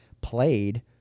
played